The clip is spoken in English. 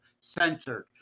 censored